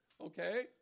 okay